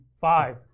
five